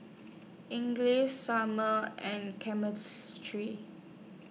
Sumner and